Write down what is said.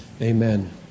amen